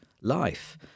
life